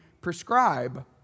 prescribe